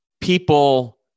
People